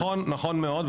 נכון מאוד.